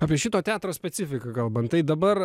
apie šito teatro specifiką kalbant tai dabar